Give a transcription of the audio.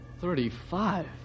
Thirty-five